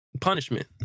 Punishment